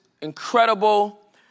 incredible